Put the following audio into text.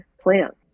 plants